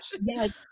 Yes